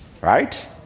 right